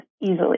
easily